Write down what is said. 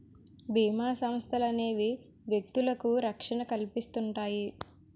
బీమా సంస్థలనేవి వ్యక్తులకు రక్షణ కల్పిస్తుంటాయి